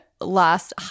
last